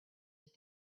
your